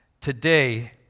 Today